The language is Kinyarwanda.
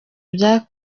bya